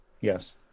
Yes